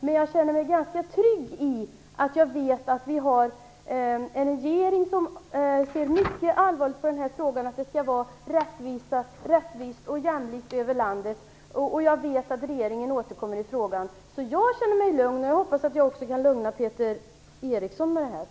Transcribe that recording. Men jag känner mig ganska trygg i att veta att vi har en regering som ser mycket allvarligt på att det skall vara rättvist och jämlikt över landet. Jag vet att regeringen återkommer i frågan, så jag känner mig lugn. Jag hoppas att jag också kan lugna Peter Eriksson med detta.